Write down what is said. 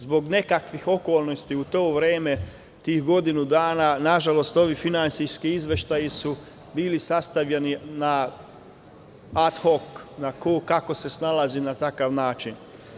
Zbog nekakvih okolnosti u to vreme, tih godinu dana, nažalost ovi finansijski izveštaji su bili sastavljani ad hok - kako se ko snalazi na takav način.